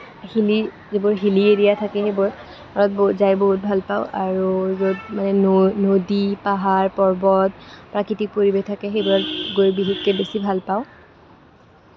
hilly যিবোৰ hilly area থাকে সেইবোৰ মই যাই বহুত ভাল পাওঁ আৰু য'ত নৈ নদী পাহাৰ পৰ্বত প্ৰাকৃতিক পৰিৱেশ থাকে সেইবোৰত গৈ বিশেষকে বেছি ভাল পাওঁ